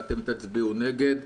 ואתם תצביעו נגד.